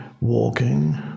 walking